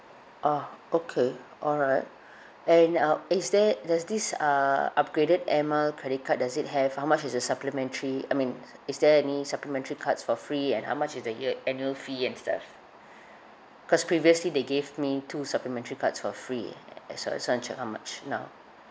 oh okay alright and uh is there there's this uh upgraded air mile credit card does it have how much is the supplementary I mean is there any supplementary cards for free and how much is the year annual fee itself cause previously they gave me two supplementary cards for free I so I just wanna check how much now